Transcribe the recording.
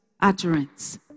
utterance